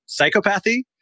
psychopathy